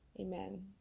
Amen